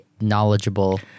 knowledgeable